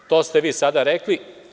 To ste vi sada rekli.